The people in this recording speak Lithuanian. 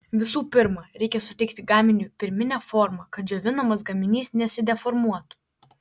visų pirma reikia suteikti gaminiui pirminę formą kad džiovinamas gaminys nesideformuotų